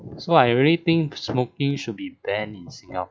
so I really think smoking should be banned in singa